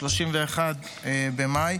ב-31 במאי,